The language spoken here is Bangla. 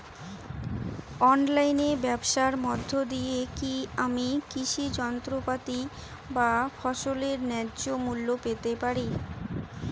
অনলাইনে ব্যাবসার মধ্য দিয়ে কী আমি কৃষি যন্ত্রপাতি বা ফসলের ন্যায্য মূল্য পেতে পারি?